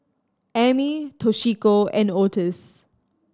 Ammie Toshiko and Otis